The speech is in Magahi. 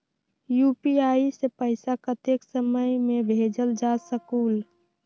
यू.पी.आई से पैसा कतेक समय मे भेजल जा स्कूल?